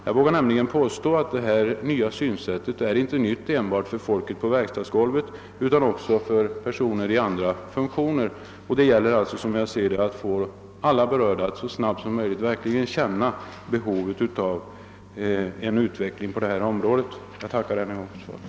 Jag vågar nämligen påstå att detta nya synsätt är nytt inte bara för folket på verkstadsgolvet utan även för personer i andra funktioner. Som jag ser det gäller det att få alla berörda att så snabbt som möjligt känna behovet av en utveckling på detta område. Jag tackar än en gång för svaret.